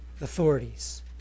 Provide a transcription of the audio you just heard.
authorities